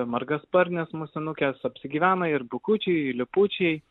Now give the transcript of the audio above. margasparnės musinukės apsigyvena ir bukučiai lipučiai